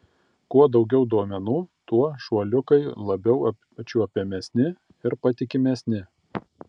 kuo daugiau duomenų tuo šuoliukai labiau apčiuopiamesni ir patikimesni